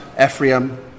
Ephraim